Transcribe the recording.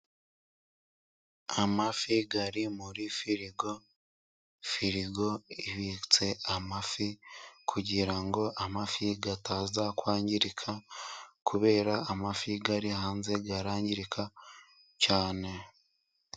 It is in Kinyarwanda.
Amafi ari muri firigo, firigo ibitse amafi kugira ngo amafi ataza kwangirika ,kuberako amafi ari hanze arangirika cyane.